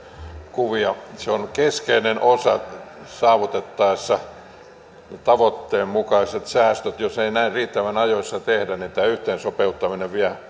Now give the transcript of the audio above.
röntgenkuvia se on keskeinen osa saavutettaessa tavoitteen mukaiset säästöt jos ei näin riittävän ajoissa tehdä niin tämä yhteen sopeuttaminen vie